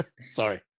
sorry